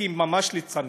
כי הם ממש ליצנים,